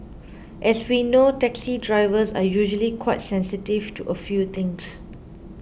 as we know taxi drivers are usually quite sensitive to a few things